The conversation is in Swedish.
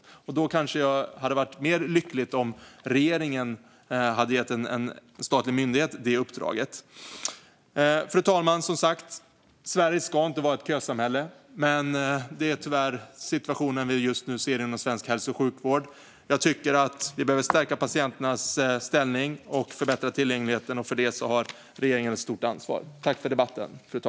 Det hade kanske varit bättre om regeringen gett en statlig myndighet ett sådant uppdrag. Fru talman! Sverige ska inte vara ett kösamhälle, men tyvärr är det så det ser ut inom svensk hälso och sjukvård. Vi behöver stärka patienternas ställning och förbättra tillgängligheten. Regeringen har ett stort ansvar för detta.